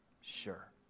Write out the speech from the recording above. Sure